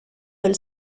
del